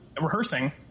rehearsing